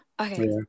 Okay